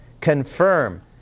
confirm